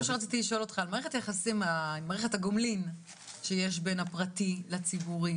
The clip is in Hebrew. רציתי לשאול אותך על מערכת הגומלין בין הפרטי לציבורי.